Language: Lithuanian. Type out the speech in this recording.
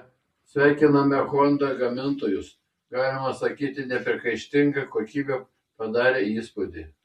sveikiname honda gamintojus galima sakyti nepriekaištinga kokybė padarė įspūdį